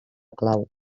clau